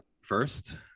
First